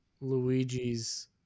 Luigi's